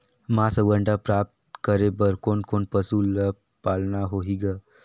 मांस अउ अंडा प्राप्त करे बर कोन कोन पशु ल पालना होही ग?